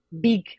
big